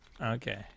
Okay